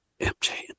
MJ